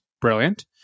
brilliant